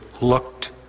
looked